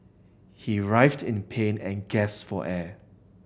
he writhed in pain and gasped for air